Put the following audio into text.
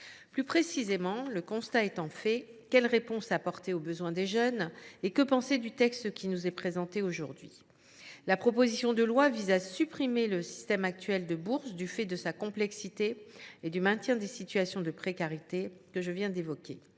tenir compte. Le constat étant fait, quelles réponses apporter aux besoins des jeunes ? Que penser du texte qui nous est présenté aujourd’hui ? Cette proposition de loi vise à supprimer le système actuel de bourses en raison de sa complexité et du maintien des situations de précarité, que je viens d’évoquer